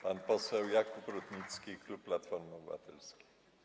Pan poseł Jakub Rutnicki, klub Platforma Obywatelska.